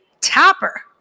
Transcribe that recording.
Tapper